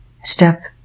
step